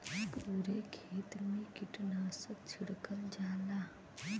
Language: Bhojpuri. पुरे खेत मे कीटनाशक छिड़कल जाला